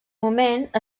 moment